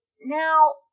now